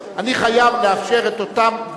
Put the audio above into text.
מדבר